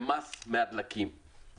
למס מהדלקים,